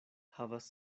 havas